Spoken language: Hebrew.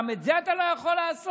גם את זה אתה לא יכול לעשות?